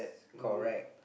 correct